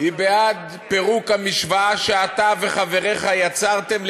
היא בעד פירוק המשוואה שאתה וחבריך יצרתם,